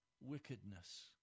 wickedness